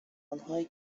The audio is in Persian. آنهایی